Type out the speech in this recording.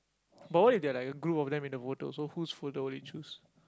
but what if they are like a group of them in the photo so whose folder would you choose